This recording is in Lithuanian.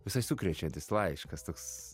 visai sukrečiantis laiškas toks